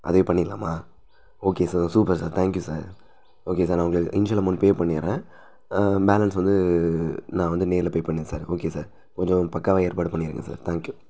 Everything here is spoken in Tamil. அதே பண்ணிட்லாமா okay sir super sir thank you sir okay sir நான் உங்களுக்கு இனிஷியல் அமௌண்ட் பே பண்ணிடுறேன் பேலன்ஸ் வந்து நான் வந்து நேரில் பே பண்ணிடுறேன் சார் ஓகே சார் கொஞ்சம் பக்காவாக ஏற்பாடு பண்ணிடுங்கள் சார் தேங்க்யூ